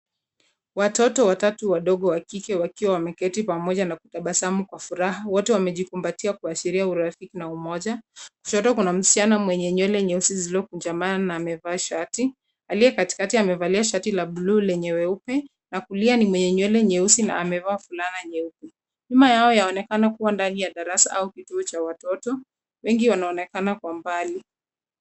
Watoto watatu wadogo wa kike wakiwa wameketi pamoja na kutabasamu kwa furaha. Wote wamejikumbatia kuashiria urafiki na umoja. Kushoto kuna msichana mwenye nywele nyeusi zilizokunjamana na amevaa shati aliye katikati amevalia shati la buluu lenye weupe na kulia ni mwenye nywele nyeusi na amevaa fulana nyeupe. Nyuma yao, yaonekana Kuwa ndani ya darasa au kituo cha watoto. Wengi wanaonekana kwa mbali.